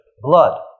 blood